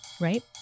right